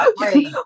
Right